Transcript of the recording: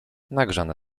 nagrzane